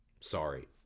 Sorry